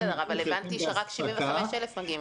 בסדר, אבל הבנתי שרק 75,000 מגיעים.